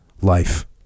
life